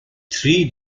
three